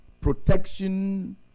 protection